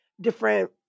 different